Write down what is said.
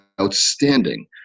outstanding